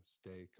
stay